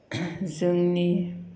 जोंनि